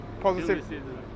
positive